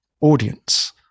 audience